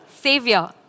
Savior